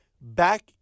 back